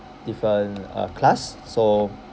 different uh class so